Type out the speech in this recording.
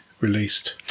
released